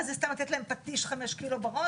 מה זה, סתם לתת להם פטיש חמישה קילו בראש?